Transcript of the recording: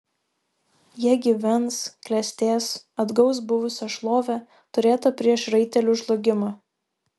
jie gyvens klestės atgaus buvusią šlovę turėtą prieš raitelių žlugimą